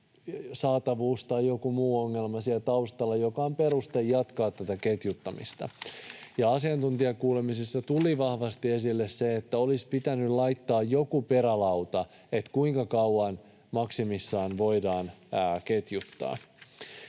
saatavuus- tai joku muu ongelma, joka on peruste jatkaa tätä ketjuttamista. Asiantuntijakuulemisessa tuli vahvasti esille, että olisi pitänyt laittaa joku perälauta, kuinka kauan maksimissaan voidaan ketjuttaa.